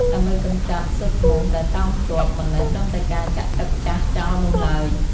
ដើម្បីកម្ចាត់ស៊ុតមូសដែលតោងជាប់ មិនមែនត្រឹមតែការចាក់ទឹកចាស់ចោលនោះឡើយ។